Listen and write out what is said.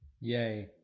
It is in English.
Yay